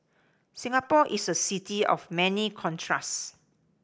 Singapore is a city of many contrast